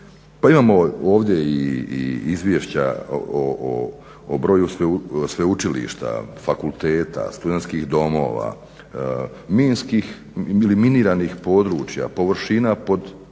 Pa imamo ovdje i izvješća o broju sveučilišta, fakulteta, studentskih domova, minskih ili miniranih područja, površina pod